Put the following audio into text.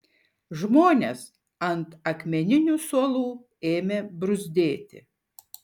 žmonės ant akmeninių suolų ėmė bruzdėti